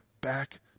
back